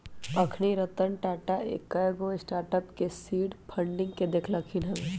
अखनी रतन टाटा कयगो स्टार्टअप के सीड फंडिंग देलखिन्ह हबे